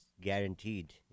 guaranteed